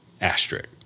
Asterisk